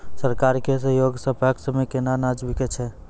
सरकार के सहयोग सऽ पैक्स मे केना अनाज बिकै छै?